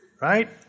right